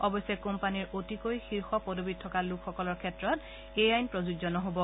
অৱশ্যে কোম্পানীৰ অতিকৈ শীৰ্ষ পদবীত থকা লোকসকলৰ ক্ষেত্ৰত এই আইন প্ৰযোজ্য নহ'ব